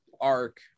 arc